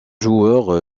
joueurs